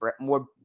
more